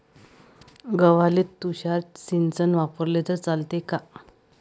गव्हाले तुषार सिंचन वापरले तर चालते का?